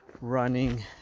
running